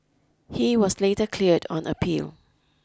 he was later cleared on appeal